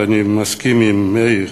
ואני מסכים עם מאיר,